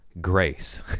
grace